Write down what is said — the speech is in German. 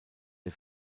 der